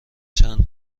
چند